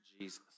Jesus